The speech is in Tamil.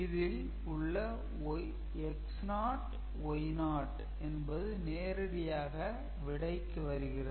இதில் உள்ள X0 Y0 என்பது நேரடியாக விடைக்கு வருகிறது